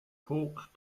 pork